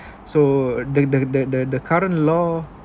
so the the the the the current law